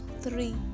three